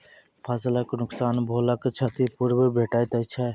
फसलक नुकसान भेलाक क्षतिपूर्ति भेटैत छै?